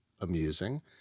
amusing